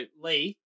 Lee